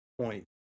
point